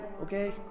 okay